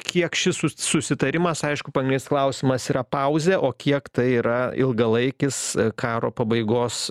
kiek šis su susitarimas aišku pagnis klausimas yra pauzė o kiek tai yra ilgalaikis karo pabaigos